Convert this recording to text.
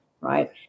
right